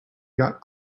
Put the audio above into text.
got